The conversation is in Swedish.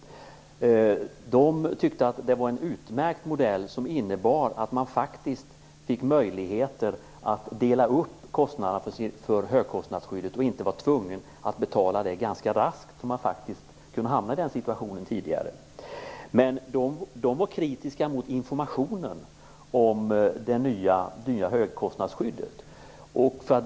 De tyckte att det här var en utmärkt modell, som innebar att man faktiskt fick möjlighet att dela upp kostnaderna för högkostnadsskyddet och inte var tvungen att betala det ganska raskt - en situation som man faktiskt kunde hamna i tidigare. De var däremot kritiska mot informationen om det nya högkostnadsskyddet.